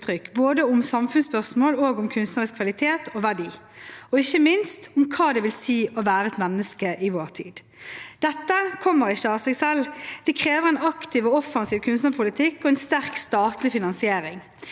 både om samfunnsspørsmål og om kunstnerisk kvalitet og verdi, og ikke minst om hva det vil si å være et menneske i vår tid. Dette kommer ikke av seg selv. Det krever en aktiv og offensiv kunstnerpolitikk og en sterk statlig finansiering.